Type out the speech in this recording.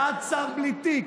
בעד שר בלי תיק,